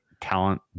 talent